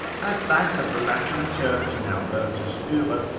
as that of the lateran church in albertus durer,